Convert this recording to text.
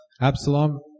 Absalom